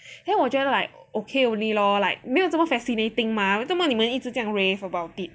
then 我觉得 like okay only lor like 没有这么 fascinating mah 做莫你们一直这样 rave about it